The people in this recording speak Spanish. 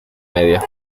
media